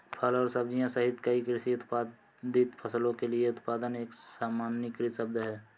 फल और सब्जियां सहित कई कृषि उत्पादित फसलों के लिए उत्पादन एक सामान्यीकृत शब्द है